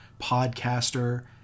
podcaster